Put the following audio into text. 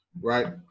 right